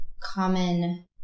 common